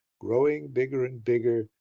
growing bigger and bigger,